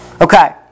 Okay